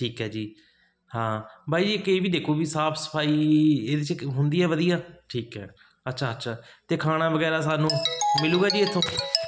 ਠੀਕ ਹੈ ਜੀ ਹਾਂ ਬਾਈ ਜੀ ਇੱਕ ਇਹ ਵੀ ਦੇਖੋ ਵੀ ਸਾਫ ਸਫਾਈ ਇਹਦੇ 'ਚ ਹੁੰਦੀ ਹੈ ਵਧੀਆ ਠੀਕ ਹੈ ਅੱਛਾ ਅੱਛਾ ਅਤੇ ਖਾਣਾ ਵਗੈਰਾ ਸਾਨੂੰ ਮਿਲੂਗਾ ਜੀ ਇੱਥੋਂ